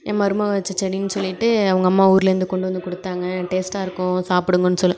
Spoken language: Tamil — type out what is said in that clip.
என் மருமகள் வைச்ச செடின்னு சொல்லிவிட்டு அவங்க அம்மா ஊர்லேருந்து கொண்டு வந்து கொடுத்தாங்க டேஸ்ட்டாக இருக்கும் சாப்பிடுங்கன்னு சொல்லி